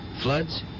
floods